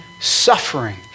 suffering